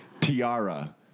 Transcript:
Tiara